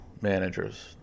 managers